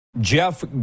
Jeff